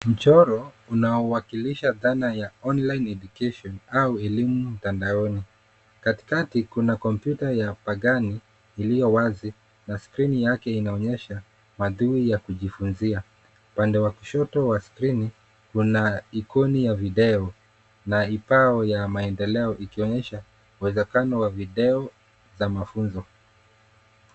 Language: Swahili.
Mchoro unao wakilisha dhana ya online education au elimu mtandaoni, katikati kuna kompyuta ya bagani iliyo wazi na skrini yake inaonyesha madhui ya kujifunzia . Upande wa kushoto wa skrini una ikoni ya video na ipao ya maendeleo ikionyesha uwezakano wa video za mafunzo.